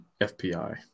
FPI